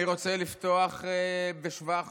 אני רוצה לפתוח בשבח